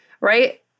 right